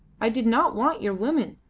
i did not want your women,